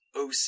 OC